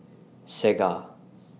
Segar